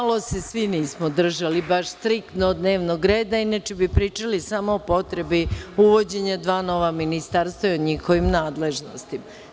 Malo se svi nismo držali baš striktno dnevnog reda, inače bi pričali samo o potrebi uvođenja dva nova ministarstva i o njihovim nadležnostima.